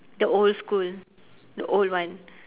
the old school the old one